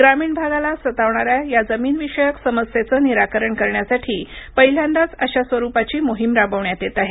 ग्रामीण भागाला सतावणाऱ्या या जमीनविषयक समस्येचं निराकरण करण्यासाठी पहिल्यांदाच अशा स्वरुपाची मोहीम राबवण्यात येत आहे